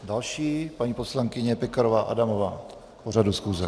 Další paní poslankyně Pekarová Adamová k pořadu schůze.